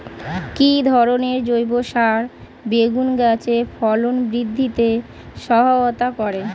কি ধরনের জৈব সার বেগুন গাছে ফলন বৃদ্ধিতে সহায়তা করে?